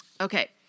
Okay